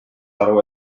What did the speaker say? aru